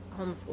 homeschool